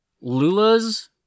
Lula's